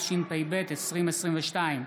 התשפ"ב 2022,